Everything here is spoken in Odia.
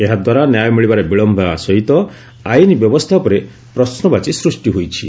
ଏହାଦ୍ୱାରା ନ୍ୟାୟ ମିଳିବାରେ ବିଳମ୍ଘ ହେବା ସହିତ ଆଇନ ବ୍ୟବସ୍ଥା ଉପରେ ପ୍ରଶ୍ନବାଚୀ ସ୍ପଷ୍ଟି ହୋଇଛି